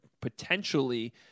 potentially